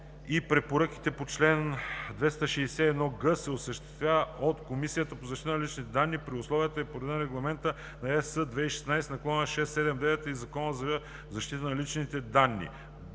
и препоръките по чл. 261г се осъществява от Комисията за защита на личните данни при условията и по реда на Регламент (ЕС) 2016/679 и Закона за защита на личните данни.“;